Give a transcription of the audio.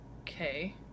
Okay